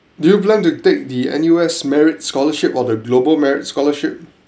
do you plan to take the N_U_S merit scholarship or the global merit scholarship